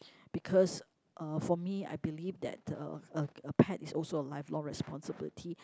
because uh for me I believe that uh a a pet is also a lifelong responsibility